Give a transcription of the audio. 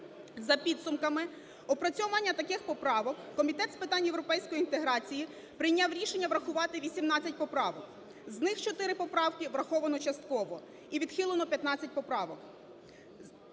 За підсумками опрацювання таких поправок Комітет з питань європейської інтеграції прийняв рішення врахувати 18 поправок, з них 4 поправки враховано частково і відхилено 15 поправок;